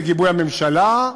בגיבוי הממשלה,